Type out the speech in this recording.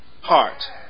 heart